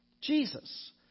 Jesus